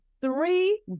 three